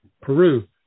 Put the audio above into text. Peru